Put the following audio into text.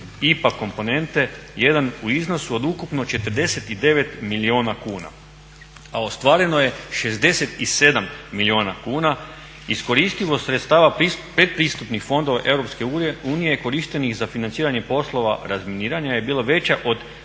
IPA komponente jedan u iznosu od 49 milijuna kuna a ostvareno je 67 milijun kuna. Iskoristivo sredstava predpristupnih fondova Europske unije korištenih za financiranje poslova razminiranja je bila veća od